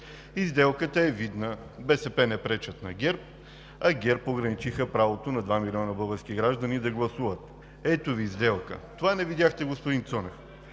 сделката е видна – БСП не пречат на ГЕРБ, а ГЕРБ ограничиха правото на два милиона български граждани да гласуват. Ето Ви сделка! Това не видяхте, господин Цонев.